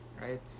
right